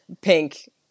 pink